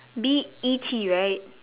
B E T right